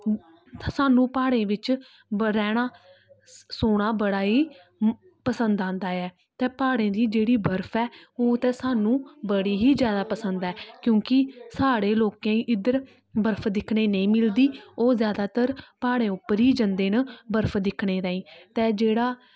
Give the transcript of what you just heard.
सानूं प्हाड़ें बिच्च ब रैह्ना स सोना बड़ा ही म पसंद आंदा ऐ ते प्हाड़ें दी जेह्ड़ी बर्फ ऐ ओह् ते सानूं बड़ी ही जैदा पसंद ऐ क्योंकि साढ़े लोकें गी इद्धर बर्फ दिक्खने नेईं मिलदी ओह् जैदातर प्हाड़ें उप्पर ही जन्दे न बर्फ दिक्खने ताईं ते जेह्ड़ा